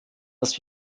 dass